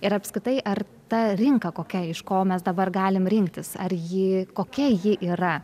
ir apskritai ar ta rinka kokia iš ko mes dabar galim rinktis ar ji kokia ji yra